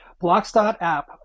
Blocks.app